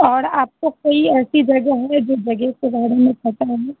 और आपको कोई ऐसी जगह है जो जगह के बारे में पता है